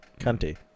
Cunty